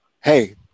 hey